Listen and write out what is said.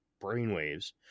brainwaves